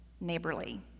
neighborly